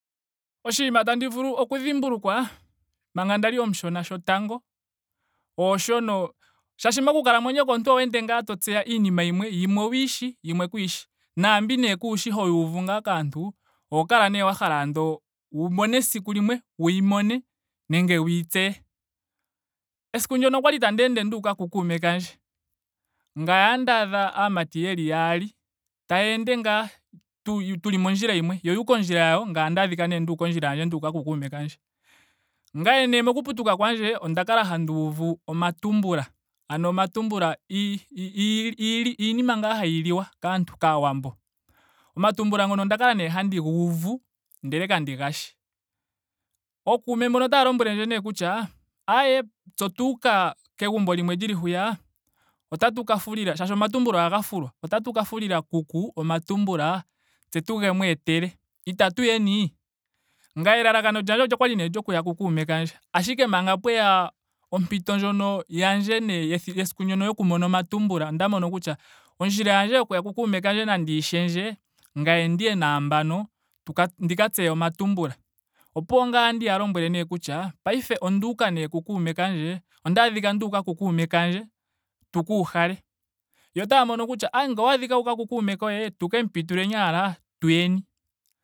Oshinima tandi vulu oku dhimbukwa manga ndali omushona shotango. ooshono. molwaashoka moku kalamwenyo komuntu oho ende ngaa to tseya iinima yimwe. yimwe owuyi shi. yimwe kuyishi. Naambi nee kuushi hoyi uvu ngaa kaantu oho kala nee wa hala andola wu mone esiku limwe wuyi mone nenge wuyi tseye. Esiku ndyoka okwali tandi ende nduuka ku kuume kandje. Ngame otandi adha aamati yeli yaali taya ende ngaa tuli mondjila yimwe. yo oyuuka ondjila yawo. ngame ondaadhika nee nda uka ondjila yandje nduuka ku kuume kandje. Ngame nee moku putuka kwandje onda kala handi uvu omatumbula. Ano omatumbula ii- ii- ii iinima ngaa hayi liwa kaantu kaawambo omatumbula ngono onda kala nee handi ga uvu ndele kandi ga shi. Ookuume mbono otaa lombwelendje nee kutya aaye tse otwa uka kegumbo limwe lili hwiya otatu ka fulila. molwaashoka omatumbula ohaga fulwa. otatu ka fulila kuku omatumbula tse tuge mweetele. Itatu yeni? Ngame elalakano lyandje okwali nee okuya ku kuume kandje. ashike manga pweya ompito ndjono yandje nee yethi yesiku ndyoka lyoku mona omatumbula. onda mono kutya ondjila yandje yokuya ku kuume kandje nandi yi shendje. ngame ndiye naambano tuka ndika tseye omatumbula. Opuwo nee ngame otandiya lombwele nee kutya paife onda uka nee ku kuume kandje. ondaadhika nduuka ku kuume kandje tu ka uhale. Yo otaa mono kutya ngele owaadhika wuuka ku kuume koye natu kemu pituleni ashike tuyeni.